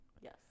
Yes